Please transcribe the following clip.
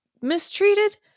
mistreated